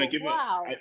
wow